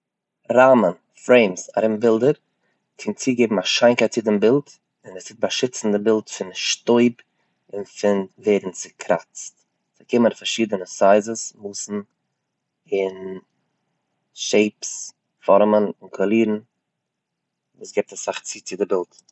ראמען, פרעימס ארום בילדער קען צוגעבן א שיינקייט צו דעם בילד, עס טוט באשיצן דעם בילד פון שטויב און פון ווערן צוקראצט, זיי קומען פון פארשידענע סייזעס, מאסן און שעיפס, פארעמען, קאלירן וואס געבט אסאך צו צו די בילד.